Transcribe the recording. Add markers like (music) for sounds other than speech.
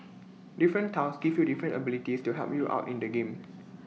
different tiles give you different abilities to help you out in the game (noise)